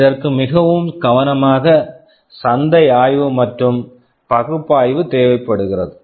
இதற்கு மிகவும் கவனமாக சந்தை ஆய்வு மற்றும் பகுப்பாய்வு தேவைப்படுகிறது